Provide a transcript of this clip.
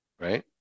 Right